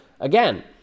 again